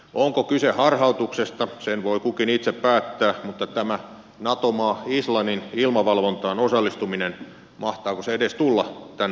onko kyse harhautuksesta sen voi kukin itse päättää mutta tämä nato maa islannin ilmavalvontaan osallistuminen mahtaako se edes tulla tänne eduskuntaan